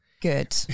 Good